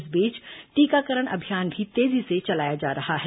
इस बीच टीकाकरण अभियान भी तेजी से चलाया जा रहा है